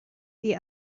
the